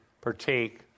partake